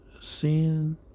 sin